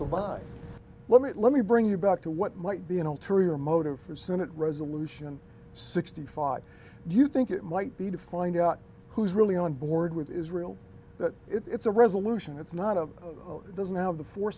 buy let me let me bring you back to what might be an ulterior motive for senate resolution sixty five do you think it might be to find out who's really on board with israel that it's a resolution that's not a doesn't have the force